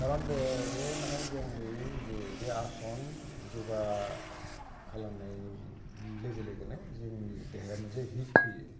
खारन बे माने जोंनि बे आसन जगा खालामनाय लोगो लोगोनो जोंनि देहाया मोनसे हिट फैयो